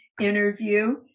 interview